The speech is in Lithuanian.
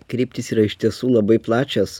kryptys yra iš tiesų labai plačios